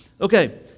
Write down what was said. Okay